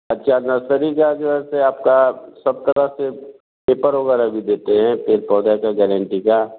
अच्छा नर्सरी का जो है जैसे आपका सब तरह से पेपर वगैरह भी देते हैं पेड़ पौधा कर गारन्टी का